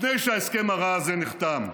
לפני שההסכם הרע הזה נחתם.